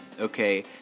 okay